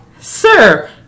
Sir